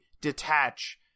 detach